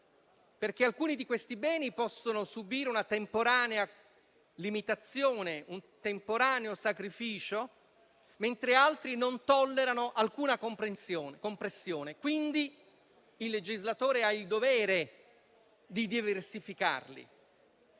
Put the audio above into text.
alcuni di essi possono subire una temporanea limitazione o un temporaneo sacrificio, mentre altri non tollerano alcuna compressione e quindi il legislatore ha il dovere di diversificarli.